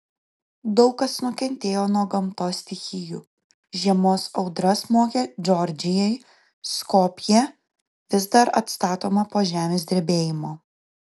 daug kas nukentėjo nuo gamtos stichijų žiemos audra smogė džordžijai skopjė vis dar atstatoma po žemės drebėjimo